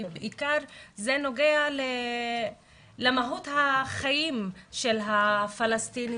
כי בעיקר זה נוגע למהות החיים של הפלסטינים